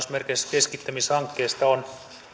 keskittämishankkeista on